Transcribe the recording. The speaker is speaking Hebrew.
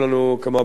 היו איזה מחלוקות,